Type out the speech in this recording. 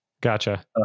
Gotcha